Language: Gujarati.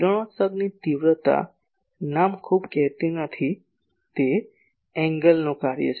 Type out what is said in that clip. કિરણોત્સર્ગની તીવ્રતા નામ ખૂબ કહેતી નથી તે ખૂણાનું કાર્ય છે